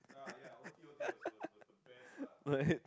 right